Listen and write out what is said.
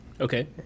okay